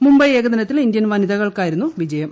മുംബൈ ഏകദിനത്തിൽ ഇന്ത്യൻ വനിതകൾക്കായിരുന്നു വിജയം